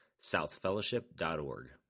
southfellowship.org